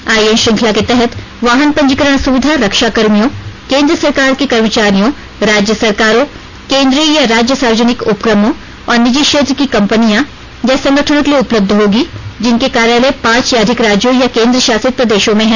IN श्रंखला के तहत वाहन पंजीकरण सुविधा रक्षा कर्मियों केंद्र सरकार के कर्मचारियों राज्य सरकारों केंद्रीय या राज्य सार्वजनिक उपक्रमों और निजी क्षेत्र की कंपनियों या संगठनों के लिए उपलब्ध होगी जिनके कार्यालय पाँच या अधिक राज्यों या केंद्र शासित प्रदेशों में हैं